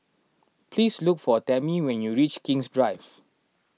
please look for Tammy when you reach King's Drive